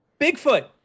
Bigfoot